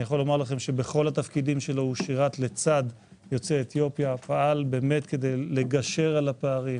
בכל התפקידים שלו הוא שירת לצד יוצאי אתיופיה ופעל כדי לגשר על הפערים,